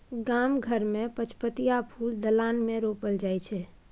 गाम घर मे पचपतिया फुल दलान मे रोपल जाइ छै